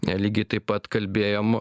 lygiai taip pat kalbėjom